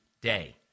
day